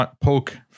poke